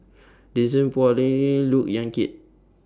Denise Phua Lay Look Yan Kit